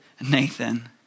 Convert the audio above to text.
Nathan